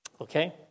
Okay